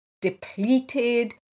depleted